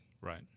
Right